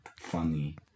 funny